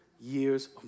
years